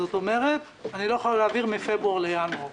זאת אומרת, אני לא יכול להעביר מפברואר לינואר.